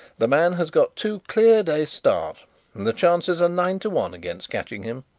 the man has got two clear days' start and the chances are nine to one against catching him.